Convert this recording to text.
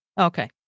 Okay